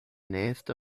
nächste